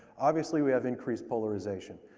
obviously we have increased polarization.